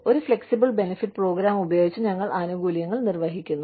ഒരു flexible benefit program ഉപയോഗിച്ച് ഞങ്ങൾ ആനുകൂല്യങ്ങൾ നിർവ്വഹിക്കുന്നു